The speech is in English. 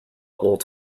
old